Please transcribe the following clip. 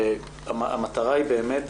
המטרה היא באמת